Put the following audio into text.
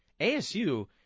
ASU